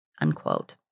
Unquote